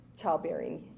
childbearing